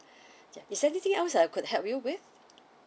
ya is anything else I could help you with